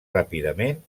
ràpidament